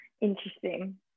Interesting